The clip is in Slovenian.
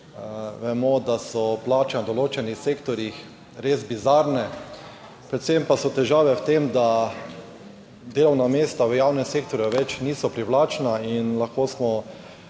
Vemo, da so plače v določenih sektorjih res bizarne, predvsem pa so težave v tem, da delovna mesta v javnem sektorju več niso privlačna, in lahko smo